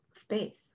Space